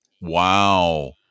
wow